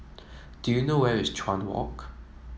do you know where is Chuan Walk